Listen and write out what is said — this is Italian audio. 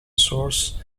source